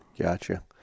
Gotcha